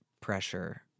pressure